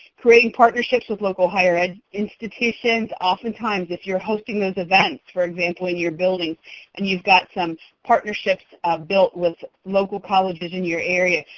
creating partnerships with local higher ed institutions. oftentimes, if you're hosting those events, for example, in your building and you've got some partnerships built with local colleges in your area,